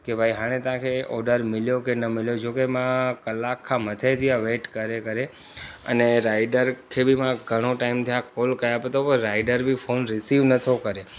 की भाई हाणे तव्हांखे ऑडर मिलियो की न मिलियो छोकि मां कलाकु खां मथे थी वियो आहे वेट करे करे अने राइडर खे बि मां घणो टाइम थियो आहे कॉल कयां पियो थो पर राइडर बि फोन रिसीव न थो करे